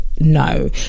No